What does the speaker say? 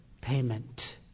payment